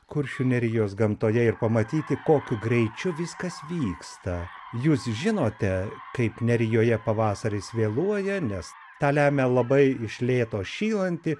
kuršių nerijos gamtoje ir pamatyti kokiu greičiu viskas vyksta jūs žinote kaip nerijoje pavasaris vėluoja nes tą lemia labai iš lėto šylanti